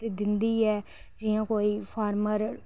दिंदी ऐ जि'यां कोई फार्मर